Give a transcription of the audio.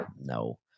No